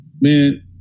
man